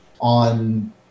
on